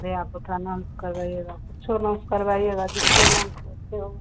अरे आपके नाम से करवाइएगा किसी भी नाम से करवाइएगा जिसके नाम से उससे होगा